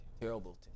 terrible